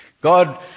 God